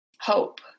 hope